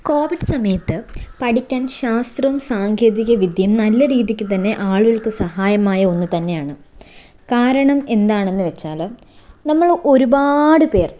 കോവിഡ്സമയത്ത് പഠിക്കാൻ ശാസ്ത്രവും സാങ്കേതികവിദ്യയും നല്ല രീതിക്ക് തന്നെ ആളുൾക്ക് സഹായകമായ ഒന്ന് തന്നെയാണ് കാരണം എന്താണെന്ന് വെച്ചാല് നമ്മള് ഒരുപാട് പേർ